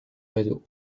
réseau